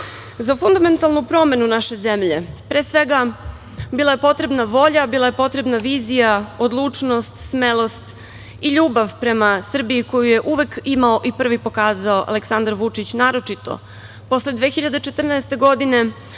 fundamentalnu promenu naše zemlje, pre svega, bila je potrebna volja, bila je potrebna vizija i odlučnost, smelost i ljubav prema Srbiji koju je uvek imao i prvi pokazao Aleksandar Vučić, naročito posle 2014. godine,